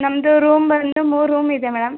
ನಮ್ದು ರೂಮ್ ಬಂದು ಮೂರು ರೂಮ್ ಇದೆ ಮೇಡಮ್